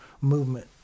movement